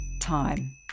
time